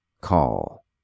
call